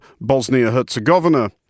Bosnia-Herzegovina